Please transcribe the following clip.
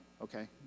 okay